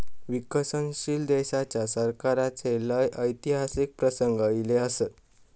विकसनशील देशाच्या सरकाराचे लय ऐतिहासिक प्रसंग ईले असत